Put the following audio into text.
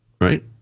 Right